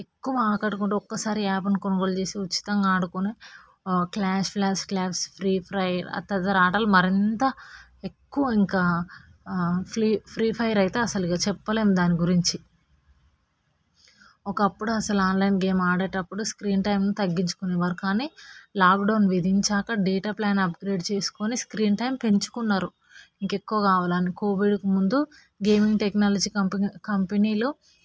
ఎక్కువ ఆకట్టుకుంటుంది ఒకసారి యాప్లని కొనుగోలు చేసి ఉచితంగా ఆడుకొని clash of clans free fire అతద ఆటలు మరింత ఎక్కువ ఇంకా ఫ్రీ ఫ్రీ ఫైర్ అయితే ఇంకా చెప్పలేము దాని గురించి ఒకప్పుడు అసలు ఆన్లైన్ గేమ్ ఆడేటప్పుడు స్క్రీన్ టైం తగ్గించుకునేవారు కానీ లాక్డౌన్ విధించాక డేటా ప్లాన్ అప్గ్రేడ్ చేసుకొని స్క్రీన్ టైమ్ పెంచుకున్నారు ఇంకా ఎక్కువ కావాలని కోవిడ్ ముందు గేమింగ్ టెక్నాలజీ కంపె కంపెనీలో